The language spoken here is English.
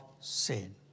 sin